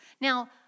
Now